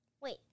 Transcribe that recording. Wait